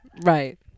Right